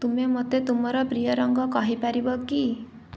ତୁମେ ମୋତେ ତୁମର ପ୍ରିୟ ରଙ୍ଗ କହିପାରିବ କି